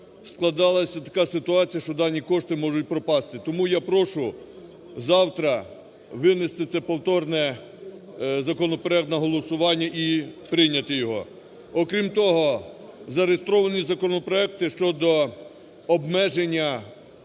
складалась така ситуація, що дані кошти можуть пропасти. Тому я прошу завтра винести цей повторний законопроект на голосування і прийняти його. Окрім того, зареєстровані законопроекти щодо обмеження